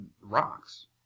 rocks